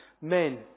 men